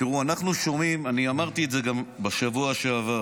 אני אמרתי את זה גם בשבוע שעבר.